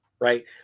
right